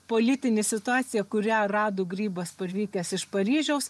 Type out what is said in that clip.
politinė situacija kurią rado grybas parvykęs iš paryžiaus